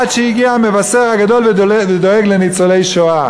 עד שהגיע המבשר הגדול ודואג לניצולי שואה.